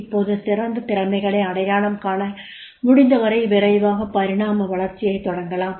இப்போது சிறந்த திறமைகளை அடையாளம் காண முடிந்தவரை விரைவாக பரிணாம வளர்ச்சியைத் தொடங்கலாம்